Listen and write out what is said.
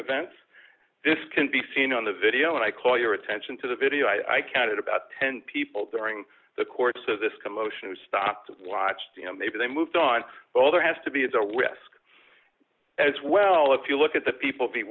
events this can be seen on the video and i call your attention to the video i counted about ten people during the course of this commotion who stopped watched you know maybe they moved on well there has to be as a risk as well if you look at the people